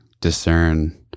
discern